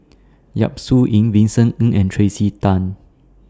Yap Su Yin Vincent Ng and Tracey Tan